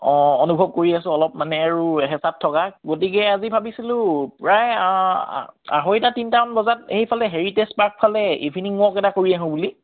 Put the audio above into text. অঁ অনুভৱ কৰি আছোঁ অলপ মানে আৰু হেঁচাত থকা গতিকে আজি ভাবিছিলোঁ প্ৰায় আঢ়ৈটা তিনিটামান বজাত এইফালে হেৰিটেজ পাৰ্ক ফালে ইভিনিং ৱাক এটা কৰি আহোঁ বুলি